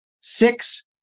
six